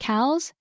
Cows